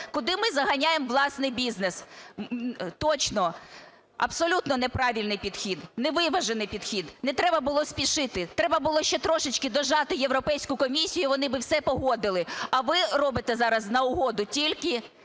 Куди ми заганяємо власний бізнес? Точно, абсолютно неправильний підхід, невиважений підхід. Не треба було спішити, треба було ще трошечки дожати Європейську комісію, вони би все погодили. А ви робите зараз на угоду тільки